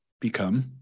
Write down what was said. become